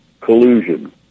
collusion